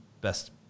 best